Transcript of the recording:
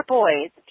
boys